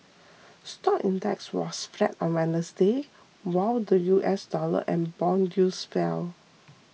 stock index was flat on Wednesday while the U S dollar and bond yields fell